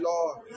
Lord